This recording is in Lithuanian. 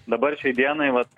dabar šiai dienai vat